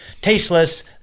tasteless